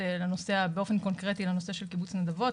באופן קונקרטי לנושא של קיבוץ נדבות.